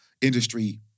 Industry